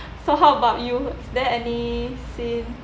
so how about you is there any scene